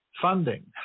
funding